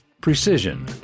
precision